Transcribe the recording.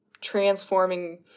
transforming